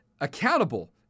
accountable